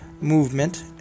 movement